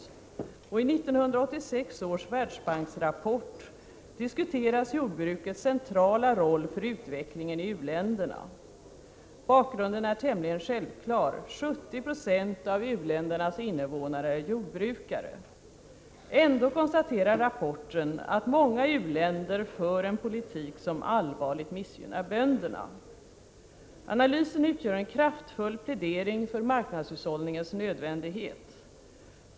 I 1986 års Världsbanksrapport diskuteras jordbrukets centrala roll för utvecklingen i u-länderna. Bakgrunden är tämligen självklar: 70 90 av u-ländernas innevånare är jordbrukare. Ändå konstaterar rapporten att många u-länder för en politik som allvarligt missgynnar bönderna. Analysen utgör en kraftfull plädering för marknadshushållningens nödvändighet.